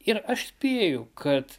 ir aš spėju kad